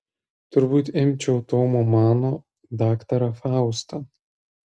turbūt imčiau tomo mano daktarą faustą